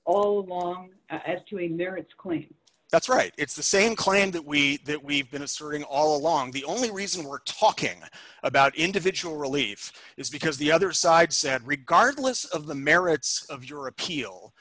all along at two in there it's clearly that's right it's the same claim that we that we've been asserting all along the only reason we're talking about individual relief is because the other side said regardless of the merits of your appeal